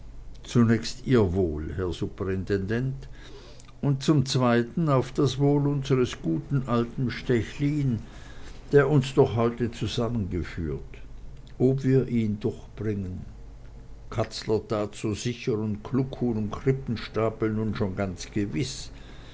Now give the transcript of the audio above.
zunächst ihr wohl herr superintendent und zum zweiten auf das wohl unsers guten alten stechlin der uns doch heute zusammengeführt ob wir ihn durchbringen katzler tat so sicher und kluckhuhn und krippenstapel nun schon ganz gewiß